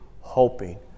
hoping